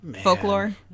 folklore